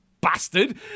bastard